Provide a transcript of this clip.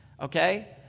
Okay